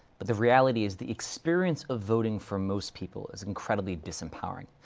but the reality is the experience of voting for most people is incredibly disempowering.